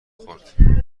خورد